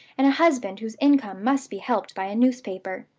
and a husband whose income must be helped by a newspaper!